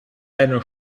eine